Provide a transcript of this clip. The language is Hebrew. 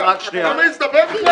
אתה מעז לדבר בכלל?